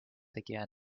again